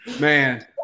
Man